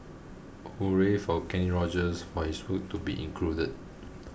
hooray for Kenny Rogers for his hoot to be included